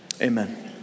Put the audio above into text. Amen